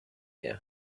you